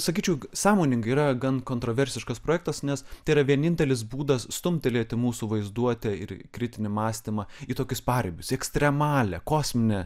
sakyčiau sąmoningai yra gan kontroversiškas projektas nes ta yra vienintelis būdas stumtelėti mūsų vaizduotę ir kritinį mąstymą į tokius paribius ekstremalią kosminę